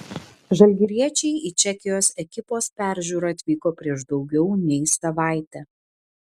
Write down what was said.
žalgiriečiai į čekijos ekipos peržiūrą atvyko prieš daugiau nei savaitę